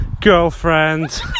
girlfriend